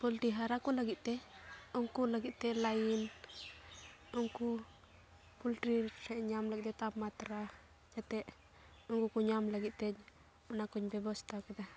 poultry ᱦᱟᱨᱟ ᱠᱚ ᱞᱟᱹᱜᱤᱫᱼᱛᱮ ᱩᱱᱠᱩ ᱞᱟᱹᱜᱤᱫᱼᱛᱮ ᱞᱟᱹᱭᱤᱱ ᱩᱱᱠᱩ ᱯᱳᱞᱴᱨᱤ ᱴᱷᱮᱱ ᱧᱟᱢ ᱞᱟᱹᱜᱤᱫᱼᱛᱮ ᱛᱟᱯᱢᱟᱛᱨᱟ ᱡᱟᱛᱮ ᱩᱱᱠᱩ ᱠᱚ ᱧᱟᱢ ᱞᱟᱹᱜᱤᱫᱼᱛᱮ ᱚᱱᱟᱠᱚᱧ ᱵᱮᱵᱚᱥᱛᱷᱟ ᱠᱮᱫᱟ